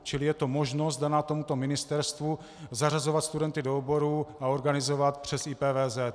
Čili je to možnost daná tomuto ministerstvu zařazovat studenty do oborů a organizovat přes IPVZ.